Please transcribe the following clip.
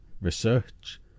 research